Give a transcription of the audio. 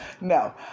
no